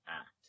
act